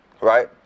Right